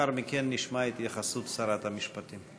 ולאחר מכן נשמע התייחסות משרת המשפטים.